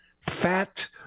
fat